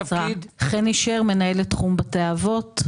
חני שר, מנהלת תחום בתי אבות.